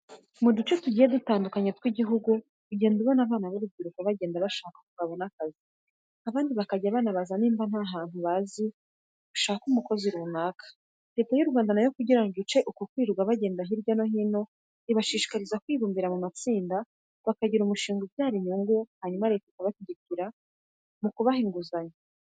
Mu duce tugiye dutandukanye tw'igihugu ugenda ubona abana b'urubyiruko bagenda bashaka aho babona akazi, abandi bakajya banabaza niba nta hantu bazi bashaka umukozi runaka. Leta y'u Rwanda nayo kugira ngo ice uko kwirirwa bagenda hirya no hino ibashishikariza kwibumbira mu matsinda bakiga umushinga ubyara inyungu hanyuma Leta ikabashyigikira mu kubaha inguzanyo.